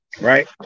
Right